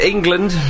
England